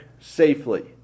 safely